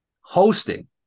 hosting